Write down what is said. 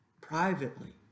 privately